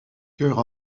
chœur